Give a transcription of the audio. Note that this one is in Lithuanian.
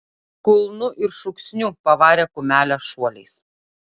kulnu ir šūksniu pavarė kumelę šuoliais